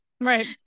Right